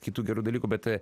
kitų gerų dalykų bet